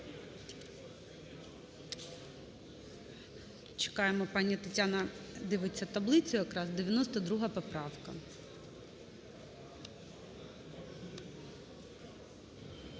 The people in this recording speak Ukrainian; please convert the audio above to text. Чекаємо, пані Тетяна, дивіться таблицю якраз, 92 поправка.